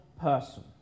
person